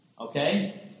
Okay